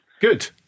Good